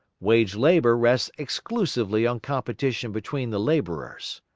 wage-labour rests exclusively on competition between the laborers.